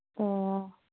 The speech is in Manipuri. ꯑꯣ